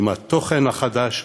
עם התוכן החדש: